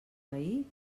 veí